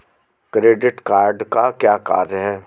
Credit card का क्या कार्य है?